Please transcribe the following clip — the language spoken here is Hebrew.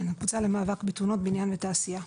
אני מהקבוצה למאבק בתאונות בבנייה ותעשייה.